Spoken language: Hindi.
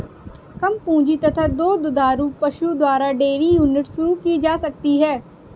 कम पूंजी तथा दो दुधारू पशु द्वारा डेयरी यूनिट शुरू की जा सकती है